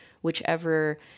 whichever